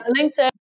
LinkedIn